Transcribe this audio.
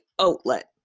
outlet